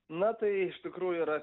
na tai iš tikrųjų yra